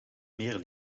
meer